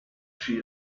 she